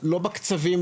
לא בקצבים,